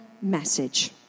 message